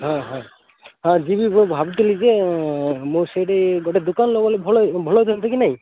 ହଁ ହଁ ହଁ ଯିମି ବୋଲି ଭାବିଥିଲି ଯେ ମୁଁ ସେଇଠି ଗୁଟେ ଦୋକାନ୍ ଲଗେଇଲେ ଭଲ ଭଲ ହେଇଥାନ୍ତା କି ନାଇଁ